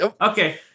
Okay